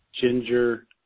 ginger